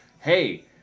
Hey